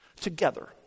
together